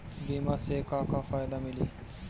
बीमा से का का फायदा मिली?